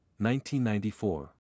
1994